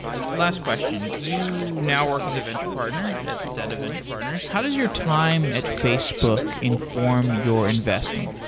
last question, you now work as a venture partner at zetta venture partners. how does your time at facebook inform your investing?